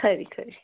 खरी खरी